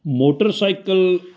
motorcycle